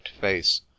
face